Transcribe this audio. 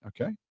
Okay